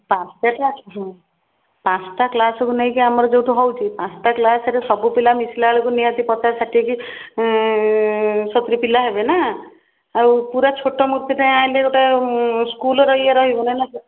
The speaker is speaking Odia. ପାଞ୍ଚଟା କ୍ଲାସ୍କୁ ନେଇକି ଆମର ଯେଉଁଠୁ ହଉଚି ପାଞ୍ଚଟା କ୍ଲାସ୍ରେ ସବୁ ପିଲା ମିଶିଲା ବେଳକୁ ନିହାତି ପଚାଶ ଷାଠିଏ କି ସତୁରୀ ପିଲା ହେବେ ନା ଆଉ ପୁରା ଛୋଟ ମୂର୍ତ୍ତିଟେ ଆଣିଲେ ଗୋଟାଏ ସ୍କୁଲର ଇଏ ରହିବ ନାହିଁ ନା